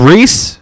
Reese